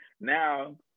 Now